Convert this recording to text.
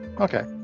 okay